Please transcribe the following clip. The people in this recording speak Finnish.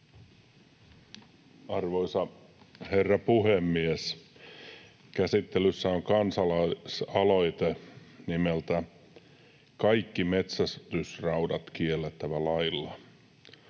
Arvoisa herra puhemies! Käsittelyssä on kansalaisaloite nimeltä ”Kaikki metsästysraudat kiellettävä lailla”.